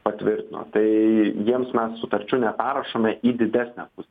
patvirtino tai jiems mes sutarčių neperrašome į didesnę pusę